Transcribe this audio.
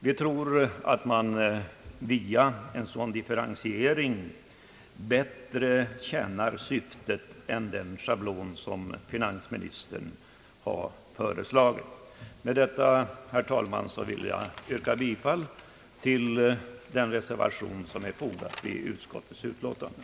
Vi tror att man via en sådan differentiering bättre tjänar syftet än om man följer den schablon som finansministern har föreslagit. Med detta, herr talman, vill jag yrka bifall till den reservation som är fogad till utskottets betänkande.